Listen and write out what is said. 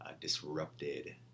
disrupted